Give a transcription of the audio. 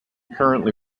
currently